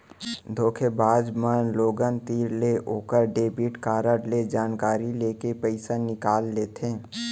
धोखेबाज बाज मन लोगन तीर ले ओकर डेबिट कारड ले जानकारी लेके पइसा निकाल लेथें